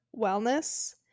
wellness